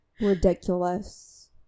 ridiculous